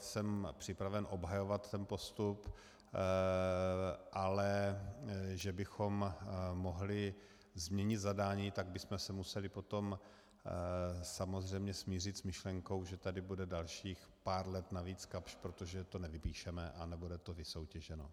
Jsem připraven obhajovat ten postup, ale že bychom mohli změnit zadání, tak bychom se museli potom samozřejmě smířit s myšlenkou, že tady bude další pár let navíc Kapsch, protože to nevypíšeme a nebude to vysoutěženo.